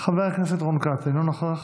חבר הכנסת רון כץ, אינו נוכח,